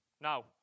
now